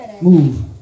move